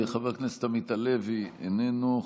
חבר הכנסת עמית הלוי, איננו.